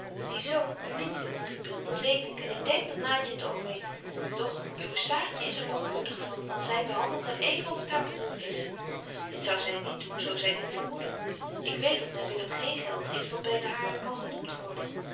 die zoon bemint uwe pupil dat weet ik en ik denk dat naatje het ook weet doch uwe saartje is er onkundig van want zy behandelt hem even of het haar brôer is dit zou zy niet doen zo zy dit vermoedde ik weet dat myn willem geen geld heeft dat by het hare kan genoemt worden